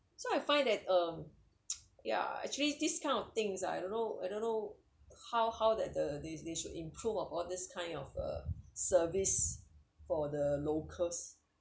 so I find that um yeah actually this kind of things ah I don't know I don't know how how that the they they should improve of this kind of service for the locals